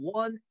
one